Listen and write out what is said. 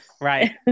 Right